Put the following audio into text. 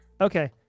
Okay